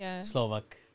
Slovak